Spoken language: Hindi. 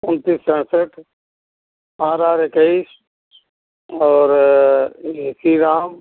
उनतीस सड़सठ बारह और इक्कीस और वह श्री राम